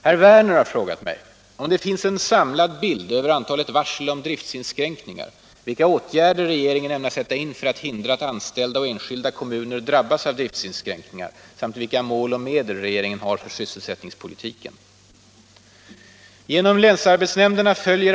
Herr Werner har frågat mig, om det finns en samlad bild över antalet varsel om driftinskränkningar, vilka åtgärder regeringen ämnar sätta in för att hindra att anställda och enskilda kommuner drabbas av driftinskränkningar samt vilka mål och medel regeringen har för sysselsättningspolitiken.